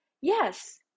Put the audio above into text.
Yes